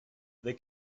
they